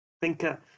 thinker